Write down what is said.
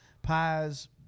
Pies